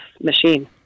machine